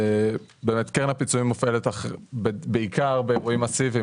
קרן הפיצויים מופעלת בעיקר באירועים מאסיביים